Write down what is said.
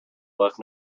left